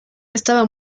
estaba